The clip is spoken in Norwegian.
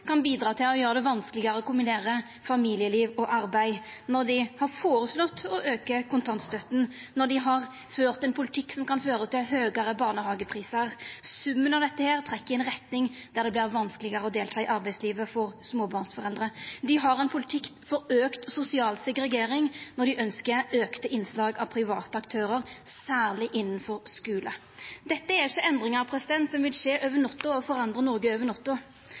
kan bidra til å gjera det vanskelegare å kombinera familieliv og arbeid, når dei har foreslått å auka kontantstøtta, når dei har ført ein politikk som kan føra til høgare barnehageprisar. Summen av dette trekkjer i ei retning der det vert vanskelegare å delta i arbeidslivet for småbarnsforeldre. Dei har ein politikk for auka sosial segregering når dei ønskjer auka innslag av private aktørar, særleg innanfor skule. Dette er ikkje endringar som vil skje over natta og forandra Noreg over